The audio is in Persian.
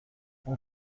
اون